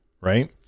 Right